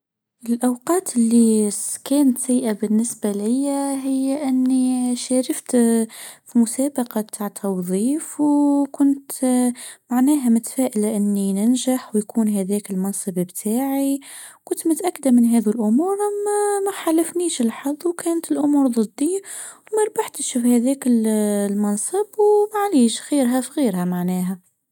الأوقات إللي كانت سيئه بالنسبه ليا هي إني شارفت في مسابقه تع توظيف ، وكنت معناها متفائله إني ننجح ويكون هذاك المنصب بتاعي كنت متاكده من هذه الامور ما حلفنيش الحظ وكانت الامور ضدي وما ربحتش بهذيك المنصب ومعليش خيرها في غيرها معناها.